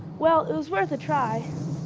well, it was worth a try.